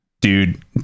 dude